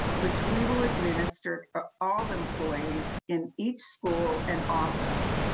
which we will administer for all employees in each school and office.